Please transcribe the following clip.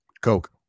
coke